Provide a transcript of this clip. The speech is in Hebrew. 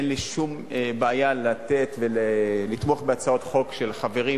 אין לי שום בעיה לתת ולתמוך בהצעות חוק של חברים